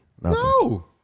No